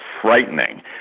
frightening